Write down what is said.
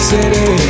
City